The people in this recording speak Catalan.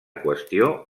qüestió